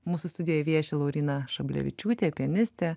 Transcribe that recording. mūsų studijoje vieši lauryna šablevičiūtė pianistė